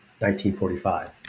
1945